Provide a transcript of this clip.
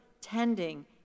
tending